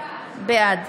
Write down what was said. בעד